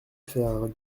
faire